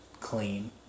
clean